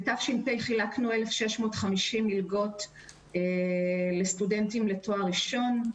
בתש"פ חילקנו 1,650 מלגות לסטודנטים לתואר ראשון.